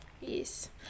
Yes